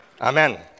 Amen